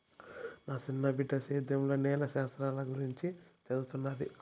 నా సిన్న బిడ్డ సేద్యంల నేల శాస్త్రంల గురించి చదవతన్నాది